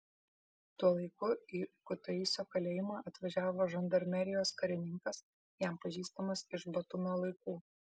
tuo laiku į kutaisio kalėjimą atvažiavo žandarmerijos karininkas jam pažįstamas iš batumio laikų